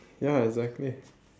ya exactly